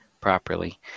properly